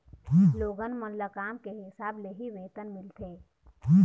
लोगन मन ल काम के हिसाब ले ही वेतन मिलथे